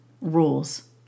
rules